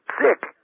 sick